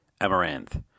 Amaranth